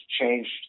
changed